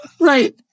Right